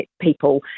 people